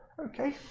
Okay